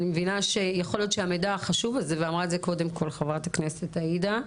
יכול להיות שהמידע החשוב הזה ואמרה את זה קודם כל חברת הכנסת עאידה,